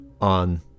on